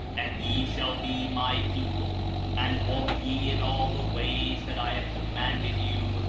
and ye shall be my people and walk ye in all the ways that i have commanded you,